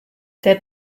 der